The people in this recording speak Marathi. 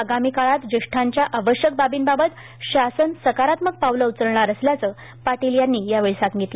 आगामी काळात ज्येष्ठांच्या आवश्यक बाबींबाबत शासन सकारात्मक पावलं उचलणार असल्याचं पाटील यांनी सांगितलं